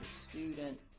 student